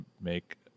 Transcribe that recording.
make